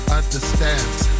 understands